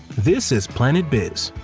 this is planet biz.